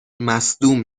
مصدوم